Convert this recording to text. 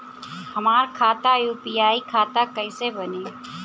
हमार खाता यू.पी.आई खाता कइसे बनी?